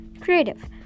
Creative